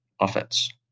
offense